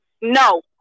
No